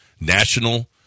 National